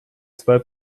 zwei